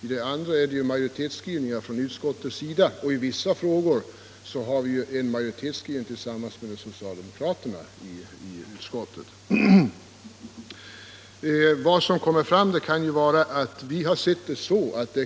De övriga punkterna är utskottets majoritetsskrivningar, och i vissa frågor har vi majoritetsskrivning tillsammans med socialdemokraterna i utskottet. Vi har sett det så, att